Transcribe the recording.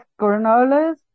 granolas